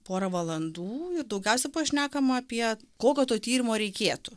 porą valandų ir daugiausiai buvo pašnekama apie kokio to tyrimo reikėtų